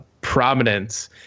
prominence